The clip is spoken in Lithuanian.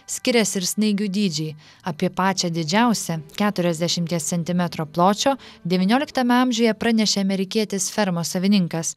skiriasi ir snaigių dydžiai apie pačią didžiausią keturiasdešimties centimetro pločio devynioliktame amžiuje pranešė amerikietis fermos savininkas